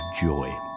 joy